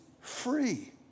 free